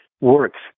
works